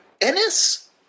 Ennis